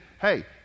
hey